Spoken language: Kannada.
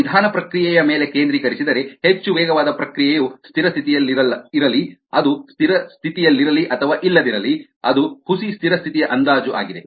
ನೀವು ನಿಧಾನ ಪ್ರಕ್ರಿಯೆಯ ಮೇಲೆ ಕೇಂದ್ರೀಕರಿಸಿದರೆ ಹೆಚ್ಚು ವೇಗವಾದ ಪ್ರಕ್ರಿಯೆಯು ಸ್ಥಿರ ಸ್ಥಿತಿಯಲ್ಲಿರಲಿ ಅದು ಸ್ಥಿರ ಸ್ಥಿತಿಯಲ್ಲಿರಲಿ ಅಥವಾ ಇಲ್ಲದಿರಲಿ ಅದು ಹುಸಿ ಸ್ಥಿರ ಸ್ಥಿತಿಯ ಅಂದಾಜು ಆಗಿದೆ